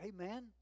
Amen